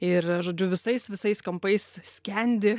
ir žodžiu visais visais kampais skendi